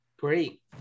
Great